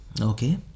Okay